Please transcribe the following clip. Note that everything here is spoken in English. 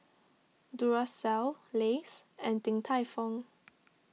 Duracell Lays and Din Tai Fung